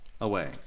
away